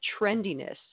trendiness